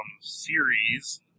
series